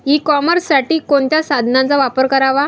E कॉमर्ससाठी कोणत्या साधनांचा वापर करावा?